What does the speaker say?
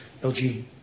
LG